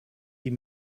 die